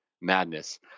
madness